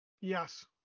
Yes